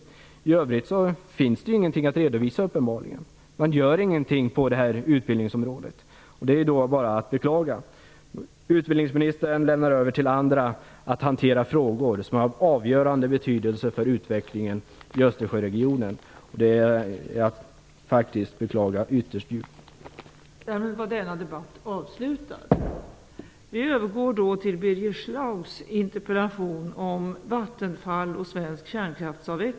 I övrigt finns det uppenbarligen ingenting att redovisa. Det görs ingenting på utbildningsområdet, och det är bara att beklaga. Utbildningsministern lämnar över till andra att hantera frågor som är av avgörande betydelse för utvecklingen i Östersjöregionen. Det vill jag ytterst djupt beklaga.